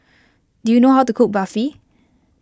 do you know how to cook Barfi